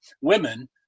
women